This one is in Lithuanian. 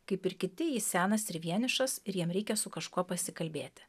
kaip ir kiti jis senas ir vienišas ir jam reikia su kažkuo pasikalbėti